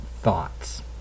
thoughts